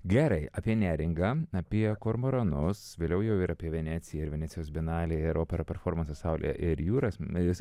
gerai apie neringą apie kormoranus vėliau jau ir apie veneciją ir venecijos bienalę ir operą performansą saulė ir jūra smėlis